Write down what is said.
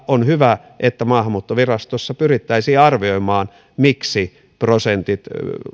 on hyvä että maahanmuuttovirastossa pyrittäisiin arvioimaan miksi prosentit